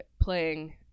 playing